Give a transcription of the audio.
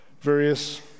various